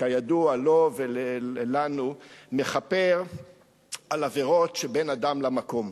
כידוע לו ולנו, מכפר על עבירות שבין אדם למקום,